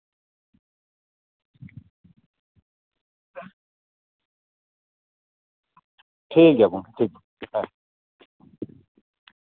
ᱴᱷᱤᱠ ᱜᱮᱭᱟ ᱜᱚᱝᱠᱮ ᱴᱷᱤᱠᱜᱮᱭᱟ ᱦᱮᱸ